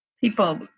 People